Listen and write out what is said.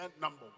number